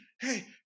hey